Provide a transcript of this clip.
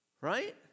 right